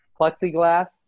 plexiglass